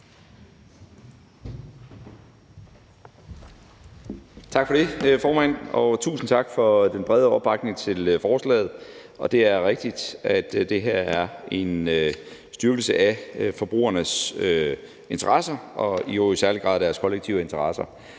Tak for det, formand. Og tusind tak for den brede opbakning til forslaget. Det er rigtigt, at det her er en styrkelse af forbrugernes interesser – og jo i særlig grad deres kollektive interesser.